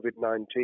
COVID-19